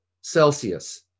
Celsius